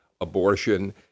abortion